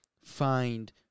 find